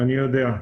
אני יודע.